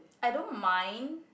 I don't mind